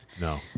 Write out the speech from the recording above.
No